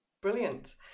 Brilliant